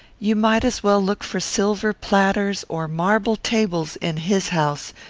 you might as well look for silver platters or marble tables in his house,